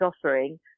offering